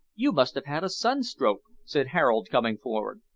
you must have had a sunstroke, said harold, coming forward,